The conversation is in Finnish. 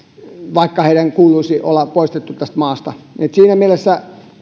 vaikka heidän kuuluisi olla poistettu tästä maasta siinä mielessä